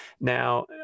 now